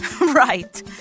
Right